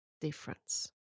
difference